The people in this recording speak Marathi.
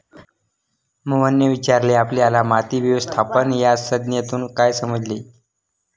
मोहनने विचारले आपल्याला माती व्यवस्थापन या संज्ञेतून काय समजले?